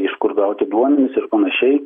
iš kur gauti duomenis ir panašiai